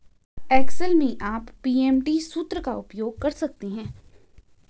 Excel में आप PMT सूत्र का उपयोग कर सकते हैं